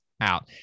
out